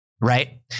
right